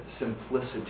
simplicity